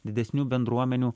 didesnių bendruomenių